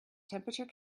temperature